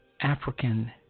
African